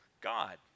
God